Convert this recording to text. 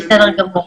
שנית,